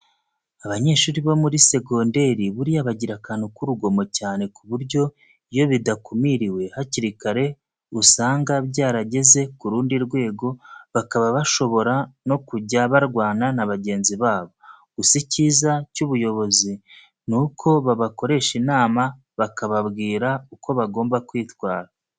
Abanyeshuri bo muri segonderi buriya bagira akantu k'urugomo cyane ku buryo iyo bidakumiriwe hakiri kare usanga byarageze ku rundi rwego bakaba bashobora no kujya barwana na bagenzi babo. Gusa icyiza cy'ubuyobozi ni uko babakoresha inama bakababwira uko bagomba kwitwara.